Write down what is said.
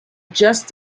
just